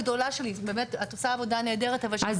את באמת עושה עבודה נהדרת אבל הדאגה הגדולה שלי